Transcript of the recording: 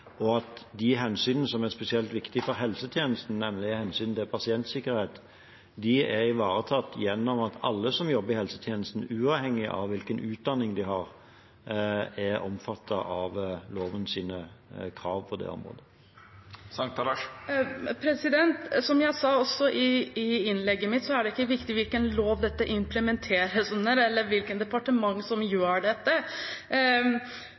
og siden det hensynet som er spesielt viktig for helsetjenesten, nemlig hensynet til pasientsikkerhet, er ivaretatt gjennom at alle som jobber i helsetjenesten, uavhengig av hvilken utdanning de har, er omfattet av lovens krav på det området. Som jeg også sa i innlegget mitt, er det ikke viktig hvilken lov dette implementeres under, eller hvilket departement som